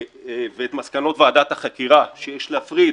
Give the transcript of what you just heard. ואת מסקנות ועדת החקירה, שיש להפריד